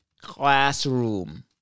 classroom